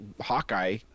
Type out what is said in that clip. Hawkeye